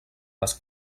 les